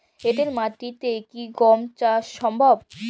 এঁটেল মাটিতে কি গম চাষ সম্ভব?